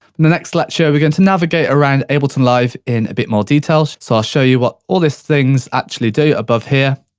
in the next lecture, we're going to navigate around ableton live, in a bit more detail. so i'll show you what all these things actually do, above here.